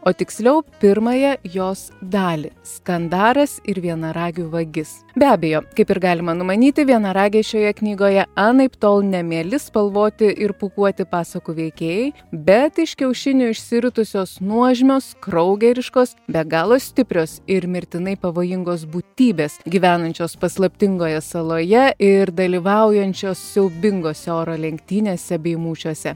o tiksliau pirmąją jos dalį skandaras ir vienaragių vagis be abejo kaip ir galima numanyti vienaragiai šioje knygoje anaiptol nemieli spalvoti ir pūkuoti pasakų veikėjai bet iš kiaušinių išsiritusios nuožmios kraugeriškos be galo stiprios ir mirtinai pavojingos būtybės gyvenančios paslaptingoje saloje ir dalyvaujančios siaubingose oro lenktynėse bei mūšiuose